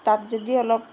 তাত যদি অলপ